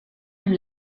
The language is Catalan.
amb